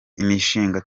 imishinga